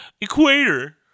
equator